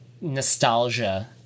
nostalgia